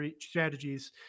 strategies